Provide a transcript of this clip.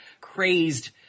crazed